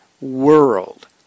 world